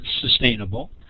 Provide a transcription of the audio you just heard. sustainable